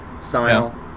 style